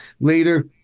later